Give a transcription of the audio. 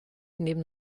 neben